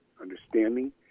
understanding